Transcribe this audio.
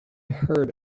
heard